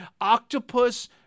octopus